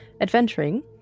adventuring